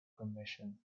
commission